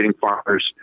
farmers